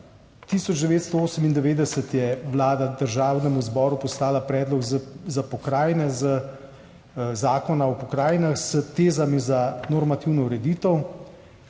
1998 je Vlada Državnemu zboru poslala predlog za pokrajine z zakona o pokrajinah s tezami za normativno ureditev.